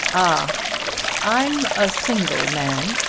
ah i'm a single man,